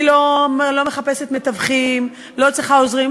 אני לא מחפשת מתווכים, לא צריכה עוזרים.